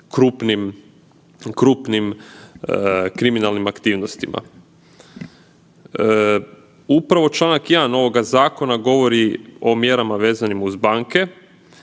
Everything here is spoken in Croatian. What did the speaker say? krupnim kriminalnim aktivnostima. Upravo čl. 1. ovoga zakona govori o mjerama vezanim uz banke